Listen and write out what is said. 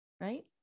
right